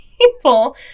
people